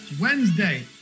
Wednesday